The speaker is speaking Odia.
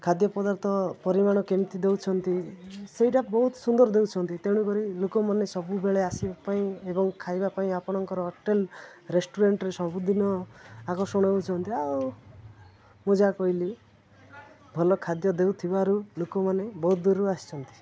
ଖାଦ୍ୟ ପଦାର୍ଥ ପରିମାଣ କେମିତି ଦେଉଛନ୍ତି ସେଇଟା ବହୁତ ସୁନ୍ଦର ଦେଉଛନ୍ତି ତେଣୁକରି ଲୋକମାନେ ସବୁବେଳେ ଆସିବା ପାଇଁ ଏବଂ ଖାଇବା ପାଇଁ ଆପଣଙ୍କର ହୋଟେଲ ରେଷ୍ଟୁରାଣ୍ଟରେ ସବୁଦିନ ଆକର୍ଷଣ ହେଉଛନ୍ତି ଆଉ ମୁଁ ଯାହା କହିଲି ଭଲ ଖାଦ୍ୟ ଦେଉଥିବାରୁ ଲୋକମାନେ ବହୁତ ଦୂରରୁ ଆସିଛନ୍ତି